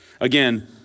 Again